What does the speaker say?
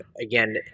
again